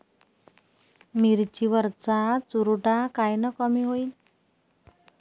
मिरची वरचा चुरडा कायनं कमी होईन?